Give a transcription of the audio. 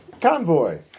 Convoy